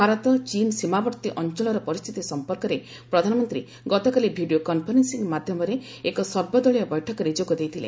ଭାରତ ଚୀନ୍ ସୀମାବର୍ତ୍ତୀ ଅଞ୍ଚଳର ପରିସ୍ଥିତି ସମ୍ପର୍କରେ ପ୍ରଧାନମନ୍ତ୍ରୀ ଗତକାଲି ଭିଡ଼ିଓ କନ୍ଫରେନ୍ଦିଂ ମାଧ୍ୟମରେ ଏକ ସର୍ବଦଳୀୟ ବୈଠକରେ ଯୋଗ ଦେଇଥିଲେ